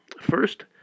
First